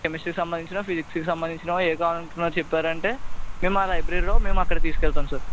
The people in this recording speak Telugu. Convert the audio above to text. కెమిస్ట్రీ సంబంధించినవా ఫిజిక్స్కి సంబంధించినవా ఏం కావాలనుకుంటున్నారో చెప్పారంటే మేము మా లైబ్రరీలో మేము అక్కడికి తీసుకెళ్తాం సార్